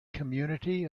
community